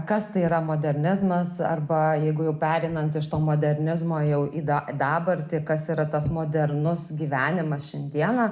kas tai yra modernizmas arba jeigu jau pereinant iš to modernizmo jau į da dabartį kas yra tas modernus gyvenimas šiandiena